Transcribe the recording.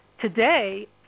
Today